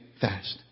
fast